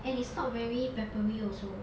and it's not very peppery also